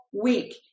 week